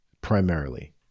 primarily